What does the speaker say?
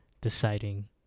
deciding